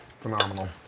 Phenomenal